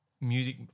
music